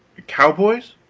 cowboys?